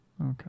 Okay